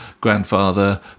grandfather